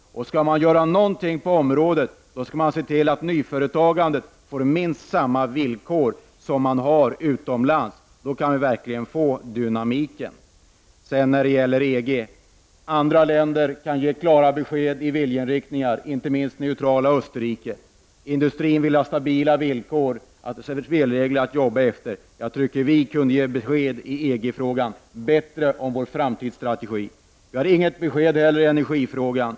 Om man skall göra någonting på området, så skall man se till att nyföretagandet åtminstone får samma villkor som man har utomlands. På det sättet kan vi verkligen få dynamiken. Andra länder kan ge klara besked om viljeinriktningar i fråga om EG — detta gäller inte minst det neutrala Österrike. Industrin vill ha stabila villkor och stabila spelregler att jobba efter. Jag tycker att vi kunde ge ett bättre besked om vår framtidsstrategi i EG-frågan. Vi har inte heller fått något besked i energifrågan.